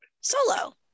solo